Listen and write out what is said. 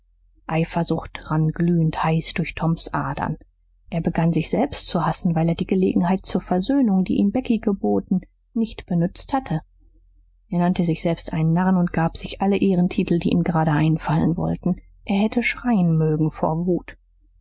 eifersucht rann glühend heiß durch toms adern er begann sich selbst zu hassen weil er die gelegenheit zur versöhnung die ihm becky geboten nicht benützt hatte er nannte sich selbst einen narren und gab sich alle ehrentitel die ihm gerade einfallen wollten er hätte schreien mögen vor wut